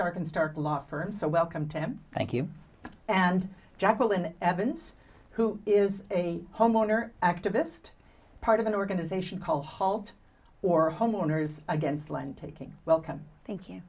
stark and stark law firm so welcome to him thank you and jacqueline evans who is a homeowner activist part of an organization called halt or homeowners against land taking welcome thank